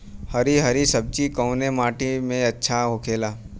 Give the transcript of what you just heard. हरी हरी सब्जी कवने माटी में अच्छा होखेला?